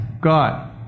God